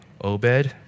Obed